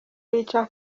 bica